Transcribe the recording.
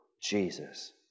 Jesus